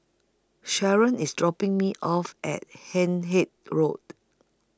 Sharron IS dropping Me off At Hindhede Road